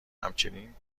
همچنین